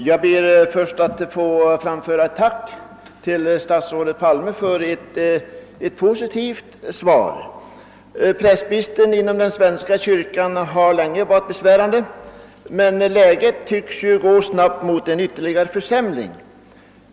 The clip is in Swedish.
Herr talman! Först ber jag att få fram föra ett tack till statsrådet Palme för ett positivt svar. Prästbristen inom den svenska kyrkan har länge varit besvärande, men läget tycks nu snabbt gå mot en ytterligare försämring.